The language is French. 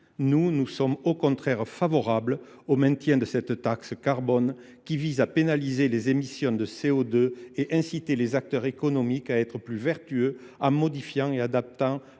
Nous sommes au contraire favorables au maintien de cette taxe carbone, qui vise à pénaliser les émissions de CO2 et à inciter les acteurs économiques à être plus vertueux en modifiant et en adaptant